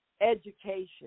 education